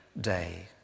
day